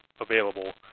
available